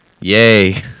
yay